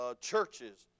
churches